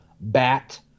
bat